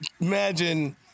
imagine